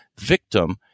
victim